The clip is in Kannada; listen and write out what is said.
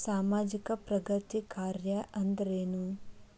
ಸಾಮಾಜಿಕ ಪ್ರಗತಿ ಕಾರ್ಯಾ ಅಂದ್ರೇನು?